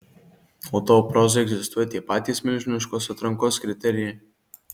o tavo prozai egzistuoja tie patys milžiniškos atrankos kriterijai